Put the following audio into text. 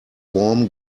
worm